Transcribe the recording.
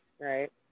Right